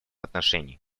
отношении